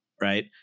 Right